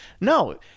no